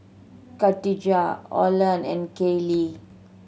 Kadijah Orland and Kaylee